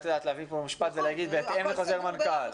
לכתוב פה משפט ולהגיד: בהתאם לחוזר מנכ"ל.